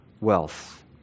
wealth